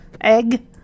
egg